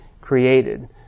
created